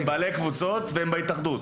והם בעלי קבוצות והם בהתאחדות